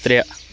ترٛےٚ